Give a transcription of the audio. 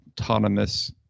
autonomous